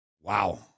Wow